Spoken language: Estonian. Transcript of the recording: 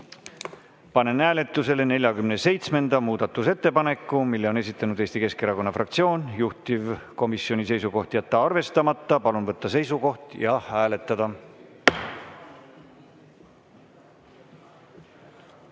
panen hääletusele 48. muudatusettepaneku. Selle on esitanud Eesti Keskerakonna fraktsioon. Juhtivkomisjoni seisukoht on jätta arvestamata. Palun võtta seisukoht ja hääletada!